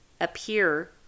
appear